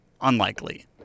unlikely